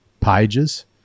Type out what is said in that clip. Pages